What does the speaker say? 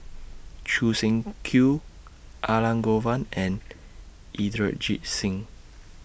Choo Seng Quee Elangovan and Inderjit Singh